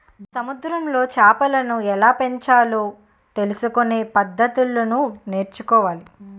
సముద్రములో చేపలను ఎలాపెంచాలో తెలుసుకొనే పద్దతులను నేర్చుకోవాలి